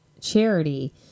charity